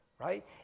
right